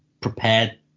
prepared